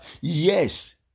Yes